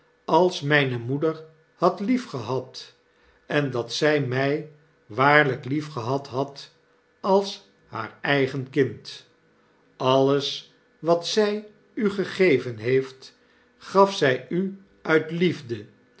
als mijne moeder had liefgehad en dat zy my waarlijk liefgehad had als haar eigen kind alles wat zy u gegeven heeft gaf zy u uit liefde